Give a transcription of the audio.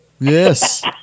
Yes